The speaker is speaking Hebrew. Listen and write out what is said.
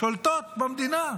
שולטות במדינה,